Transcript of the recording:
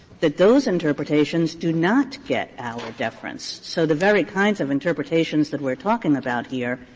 that those interpretations do not get auer deference. so the very kinds of interpretations that we're talking about here,